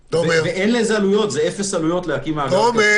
תודה.